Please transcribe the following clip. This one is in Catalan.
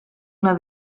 una